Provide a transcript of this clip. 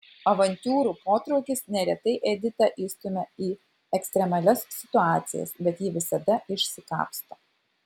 avantiūrų potraukis neretai editą įstumia į ekstremalias situacijas bet ji visada išsikapsto